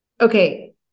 okay